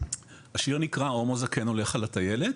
השיר נקרא "הומו זקן הולך על הטיילת"